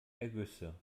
ergüsse